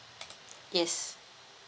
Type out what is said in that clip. yes